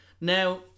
Now